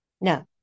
No